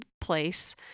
place